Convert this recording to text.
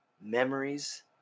memories